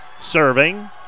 Serving